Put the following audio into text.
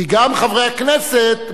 כי גם חברי הכנסת,